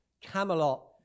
Camelot